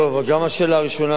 גם השאלה הראשונה,